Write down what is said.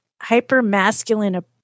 hyper-masculine